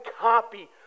copy